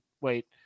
wait